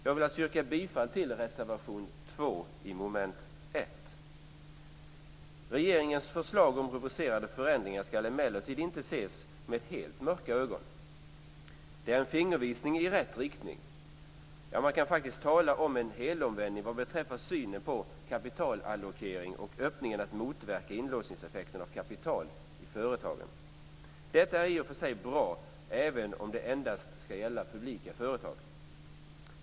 Jag vill alltså yrka bifall till reservation 2 under mom. 1. Regeringens förslag om rubricerade förändringar ska emellertid inte ses med helt mörka ögon. Det är en fingervisning i rätt riktning. Ja, man kan faktiskt tala om en helomvändning vad beträffar synen på kapitalallokering och öppningen att motverka inlåsningseffekterna av kapital i företagen. Detta är i och för sig bra, även om det endast ska gälla publika företag.